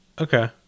okay